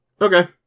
Okay